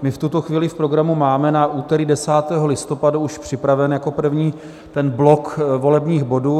My v tuto chvíli v programu máme na úterý 10. listopadu už připraven jako první ten blok volebních bodů.